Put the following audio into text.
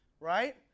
Right